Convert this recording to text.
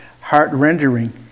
heart-rendering